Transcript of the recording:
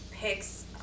picks